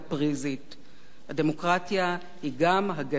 הדמוקרטיה היא גם הגנה על זכויות המיעוט,